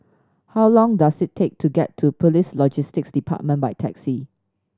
how long does it take to get to Police Logistics Department by taxi